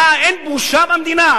מה, אין בושה במדינה?